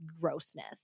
grossness